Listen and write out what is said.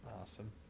Awesome